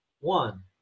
One